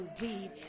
indeed